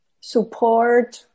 support